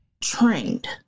trained